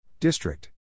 District